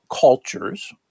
cultures